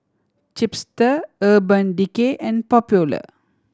Chipster Urban Decay and Popular